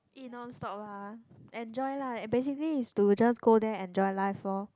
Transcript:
eat non stop ah enjoy lah basically is to just go there enjoy life lor